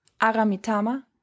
Aramitama